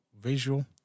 visual